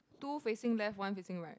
two facing left one facing right